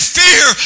fear